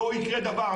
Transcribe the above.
לא יקרה דבר.